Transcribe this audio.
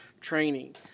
training